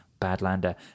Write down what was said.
Badlander